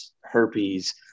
herpes